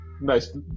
Nice